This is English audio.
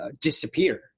disappear